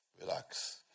Relax